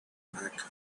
back